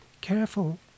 careful